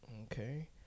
okay